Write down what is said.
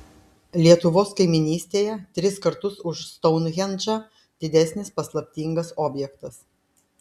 lietuvos kaimynystėje tris kartus už stounhendžą didesnis paslaptingas objektas